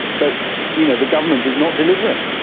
but you know the government is not delivering,